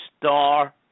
star